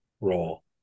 role